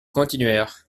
continuèrent